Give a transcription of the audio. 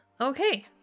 okay